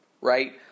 right